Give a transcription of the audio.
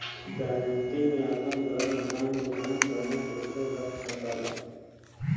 guarantee में आपन घर, मकान, दुकान, गहना कुच्छो रख सकला